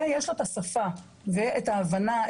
ויש לה את השפה ואת ההבנה,